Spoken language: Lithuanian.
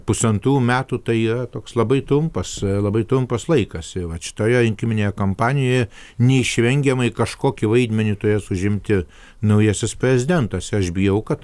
pusantrų metų tai yra toks labai trumpas labai trumpas laikas ir vat šitoje rinkiminėje kampanijoje neišvengiamai kažkokį vaidmenį turės užimti naujasis prezidentas aš bijau kad